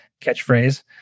catchphrase